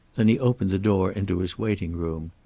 then he opened the door into his waiting-room.